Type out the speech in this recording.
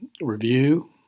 review